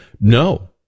No